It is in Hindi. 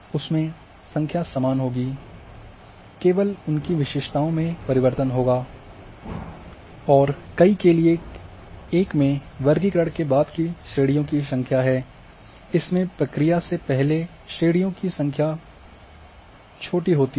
उसमें संख्या समान होगी केवल उनकी विशेषताओं में परिवर्तन होगा और कई के लिए एक में वर्गीकरण के बाद की श्रेणियों की संख्या है इसमें प्रक्रिया से पहले श्रेणियों की संख्या से छोटी होती है